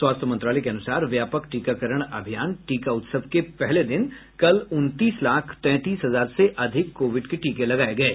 स्वास्थ्य मंत्रालय के अनुसार व्यापक टीकाकरण अभियान टीका उत्सव के पहले दिन कल उनतीस लाख तैंतीस हजार से अधिक कोविड के टीके लगाये गये